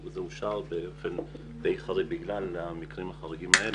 זה אושר באופן חריג בגלל המקרים החריגים האלה.